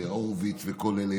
הורוביץ וכל אלה,